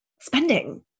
spending